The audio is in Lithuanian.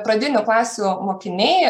pradinių klasių mokiniai